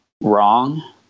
wrong